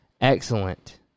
excellent